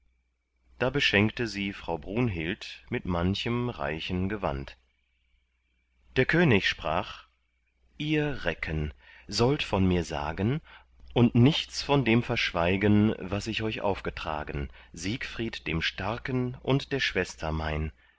da beschenkte sie frau brunhild mit manchem reichen gewand der könig sprach ihr recken sollt von mir sagen und nichts von dem verschweigen was ich euch aufgetragen siegfried dem starken und der schwester mein